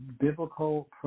biblical